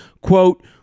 quote